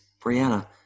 Brianna